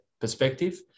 perspective